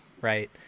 right